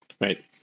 right